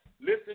listen